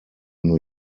new